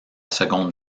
seconde